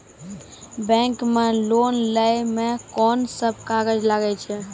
Bank मे loan लै मे कोन सब कागज लागै छै?